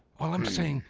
all i'm saying.